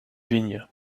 vignes